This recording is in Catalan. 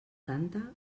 canta